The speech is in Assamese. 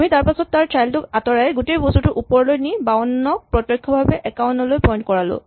আমি তাৰপাছত তাৰ চাইল্ড টোক আতঁৰাই গোটেই বস্তুটো ওপৰলৈ নি ৫২ ক প্ৰত্যক্ষভাৱে ৯১ লৈ পইন্ট কৰালো